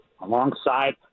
alongside